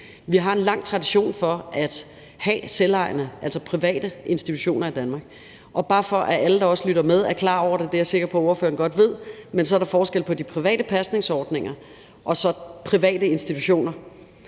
i sin tid – for at have selvejende, altså private institutioner i Danmark. Bare for at også alle, der lytter med, er klar over det – og jeg er sikker på, at ordføreren godt ved det – så er der forskel på de private pasningsordninger og så private institutioner.